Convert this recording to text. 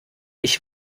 ich